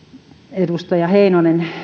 edustaja heinonen